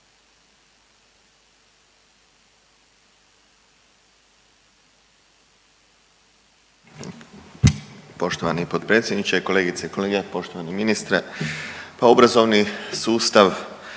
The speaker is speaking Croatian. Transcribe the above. Poštovani potpredsjedniče, kolegice i kolege, poštovani ministre, obrazovni sustav